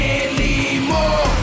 anymore